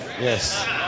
Yes